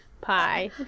pie